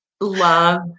love